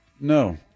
No